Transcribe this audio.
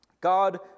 God